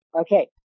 Okay